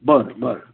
बरं बरं